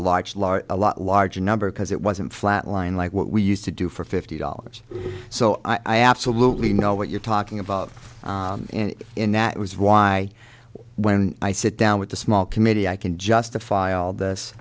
lot larger number because it wasn't flat line like what we used to do for fifty dollars so i absolutely know what you're talking about in that was why when i sit down with the small committee i can justify all this